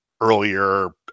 earlier